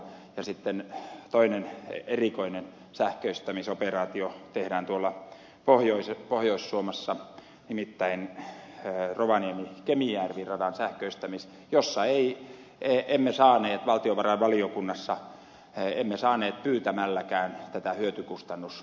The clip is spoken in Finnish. sitten toinen erikoinen sähköistämisoperaatio tehdään tuolla pohjois suomessa nimittäin rovaniemikemijärvi radan sähköistäminen josta emme saaneet valtiovarainvaliokunnassa pyytämälläkään tätä hyötykustannus arvoa